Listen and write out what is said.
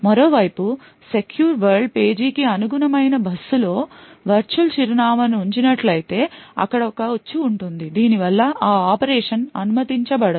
మరో వైపు secure world page కి అనుగుణమైన బస్సు లో వర్చువల్ చిరునామా ను ఉంచినట్లయితే అక్కడ ఒక ఉచ్చు ఉంటుంది దీని వల్ల ఆపరేషన్ అనుమతించబడదు